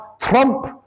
Trump